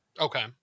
Okay